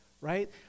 right